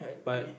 but